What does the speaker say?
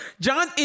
John